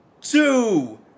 two